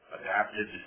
adapted